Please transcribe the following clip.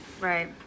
right